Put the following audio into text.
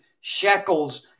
shekels